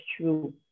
true